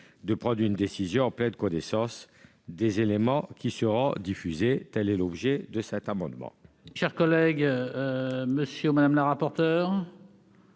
de prendre une décision en pleine connaissance des éléments qui seront diffusés. Tel est l'objet de cet amendement.